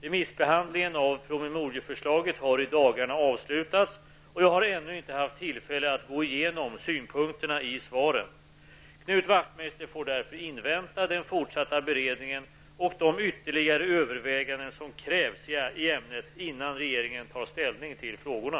Remissbehandlingen av promemorieförslaget har i dagarna avslutats och jag har ännu inte haft tillfälle att gå igenom synpunkterna i svaren. Knut Wacthmeister får därför invänta den fortsatta beredningen och de ytterligare överväganden som krävs i ämnet innan regeringen tar ställning till frågorna.